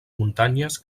muntanyes